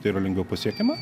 tai yra lengviau pasiekiama